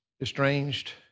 estranged